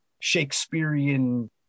Shakespearean